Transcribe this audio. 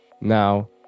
now